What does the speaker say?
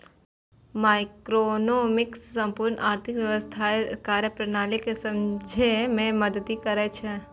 microeconomics संपूर्ण आर्थिक व्यवस्थाक कार्यप्रणाली कें समझै मे मदति करै छै